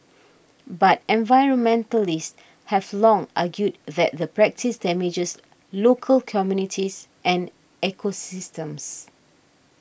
but environmentalists have long argued that the practice damages local communities and ecosystems